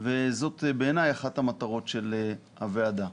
וזאת בעיניי אחת המטרות של הוועדה.